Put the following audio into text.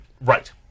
right